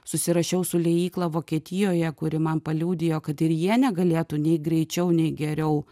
susirašiau su liejykla vokietijoje kuri man paliudijo kad ir jie negalėtų nei greičiau nei geriau